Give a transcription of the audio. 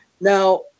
Now